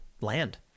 land